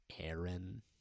Aaron